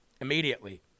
immediately